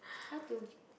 how to